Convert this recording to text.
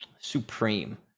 supreme